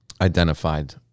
identified